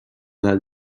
del